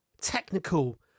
technical